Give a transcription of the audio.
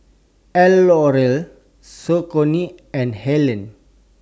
L'Oreal Saucony and Helen